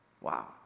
Wow